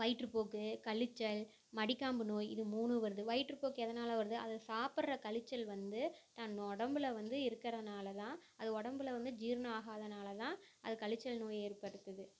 வயிற்றுப்போக்கு கழிச்சல் மடிக்காம்பு நோய் இது மூணும் வருது வயிற்றுப்போக்கு எதனால் வருது அது சாப்பிட்ற கழிச்சல் வந்து தன் உடம்புல வந்து இருக்கிறனால தான் அது உடம்புல வந்து ஜீரணம் ஆகாததனால தான் அது கழிச்சல் நோய் ஏற்படுத்துது